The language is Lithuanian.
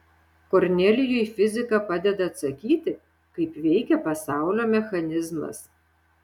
kornelijui fizika padeda atsakyti kaip veikia pasaulio mechanizmas